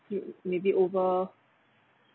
maybe over